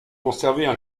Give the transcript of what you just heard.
conservaient